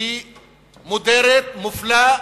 היא מודרת, מופלה,